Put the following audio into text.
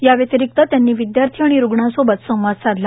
या व्यतिरिक्त त्यांनी विदयार्थी आणि रुग्णांसोबत संवाद साधला